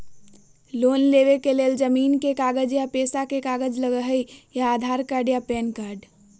Loan लेवेके लेल जमीन के कागज या पेशा के कागज लगहई या आधार कार्ड या पेन कार्ड?